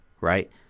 right